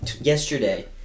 yesterday